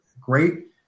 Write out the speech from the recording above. great